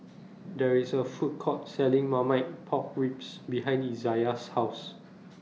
There IS A Food Court Selling Marmite Pork Ribs behind Izayah's House